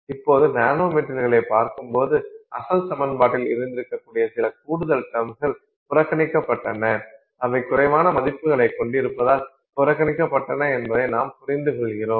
இப்போது நானோ மெட்டீரியல்களைப் பார்க்கும்போது அசல் சமன்பாட்டில் இருந்திருக்கக்கூடிய சில கூடுதல் டெர்ம்ஸ்கள் புறக்கணிக்கப்பட்டன அவை குறைவான மதிப்புகளைக் கொண்டிருப்பதால் புறக்கணிக்கப்பட்டன என்பதை நாம் புரிந்துகொள்கிறோம்